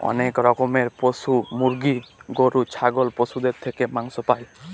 অনেক রকমের পশু মুরগি, গরু, ছাগল পশুদের থেকে মাংস পাই